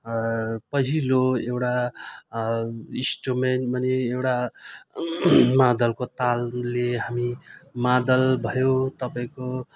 पहिलो एउटा इन्स्ट्रुमेन्ट माने एउटा मादलको तालले हामी मादल भयो तपाईँको